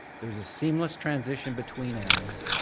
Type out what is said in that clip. there's a seamless transition between ads.